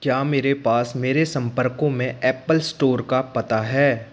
क्या मेरे पास मेरे संपर्कों में एप्पल स्टोर का पता है